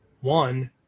one